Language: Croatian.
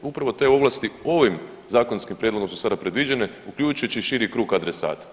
Upravo te ovlasti ovim zakonskim prijedlogom su sada predviđene, uključujući i širi krug adresata.